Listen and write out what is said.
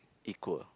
equal